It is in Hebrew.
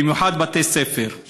במיוחד בתי ספר,